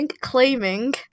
claiming